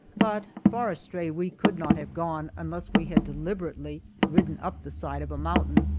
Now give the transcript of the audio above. but far astray we could not have gone unless we had deliberately ridden up the side of a mountain.